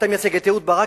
אתה מייצג את אהוד ברק,